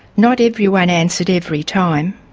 not everyone answered every time.